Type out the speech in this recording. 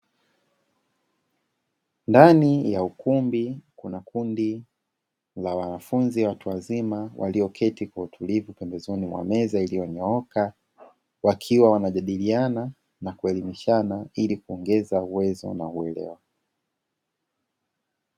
Ndani ya ukumbi kuna kundi la wanafunzi watu wazima walio kèti kwa utulivu pembezoni mwa meza iliyonyooka, wakiwa wanajadiliana na kuelemishana ili kuongeza uwezo na uelewa.